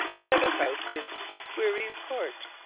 the other house is squerryes court,